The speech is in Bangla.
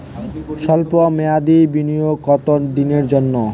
সল্প মেয়াদি বিনিয়োগ কত দিনের জন্য?